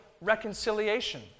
reconciliation